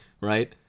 right